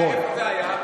למה, איפה זה היה?